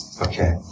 Okay